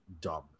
dumb